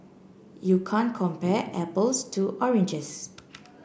you can't compare apples to oranges